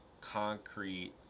concrete